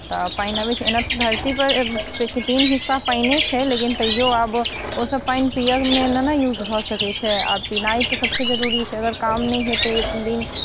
तऽ पानि अबै छै एना तऽ धरती परके तीन हिस्सा पानिए छै लेकिन तैयो आब ओसभ पानि पियैमे नहि ने यूज भऽ सकै छै आ पिनाइ तऽ सभसँ जरूरी छै अगर काम नहि हेतै एक दिन